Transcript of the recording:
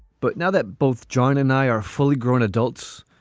but now that both john and i are fully grown adults,